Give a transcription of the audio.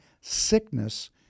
sickness